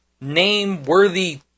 name-worthy